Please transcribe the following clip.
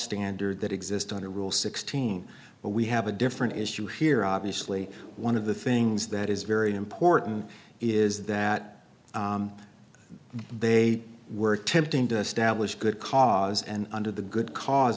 standard that exist under rule sixteen but we have a different issue here obviously one of the things that is very important is that they were attempting to establish good cause and under the good cause